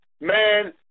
Man